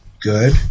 good